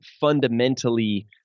fundamentally